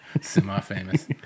Semi-famous